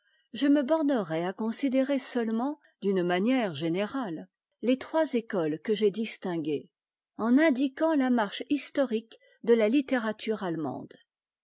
je me bornerai à considérer seulement d'une manière générale les trois écoles que j'ai distinguées en indiquant la marche historique de la littérature allemande